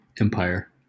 Empire